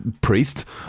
priest